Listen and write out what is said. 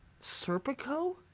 Serpico